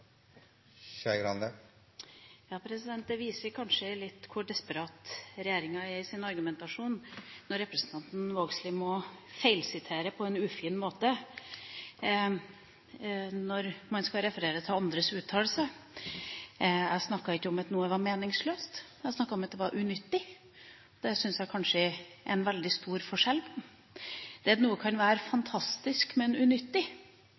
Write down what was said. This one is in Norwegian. for kulturen. Det viser kanskje litt hvor desperat regjeringa er i sin argumentasjon når representanten Vågslid må feilsitere på en ufin måte når man skal referere til andres uttalelser. Jeg snakket ikke om at noe var meningsløst, jeg snakket om at det var unyttig. Det syns jeg er en veldig stor forskjell. Det at noe kan være fantastisk, men unyttig,